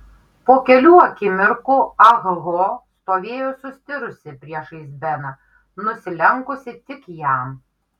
po kelių akimirkų ah ho stovėjo sustirusi priešais beną nusilenkusi tik jam